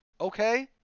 okay